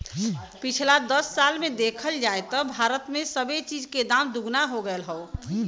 पिछला दस साल मे देखल जाए त भारत मे सबे चीज के दाम दुगना हो गएल हौ